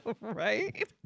right